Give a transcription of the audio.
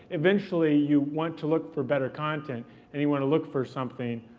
eventually, you want to look for better content and you want to look for something,